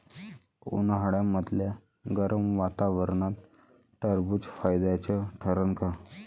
उन्हाळ्यामदल्या गरम वातावरनात टरबुज फायद्याचं ठरन का?